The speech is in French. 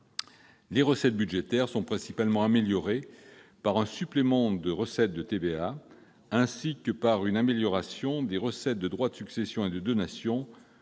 Les recettes budgétaires sont principalement améliorées par un supplément de recettes de TVA, ainsi que par une amélioration du produit des droits de succession et de donation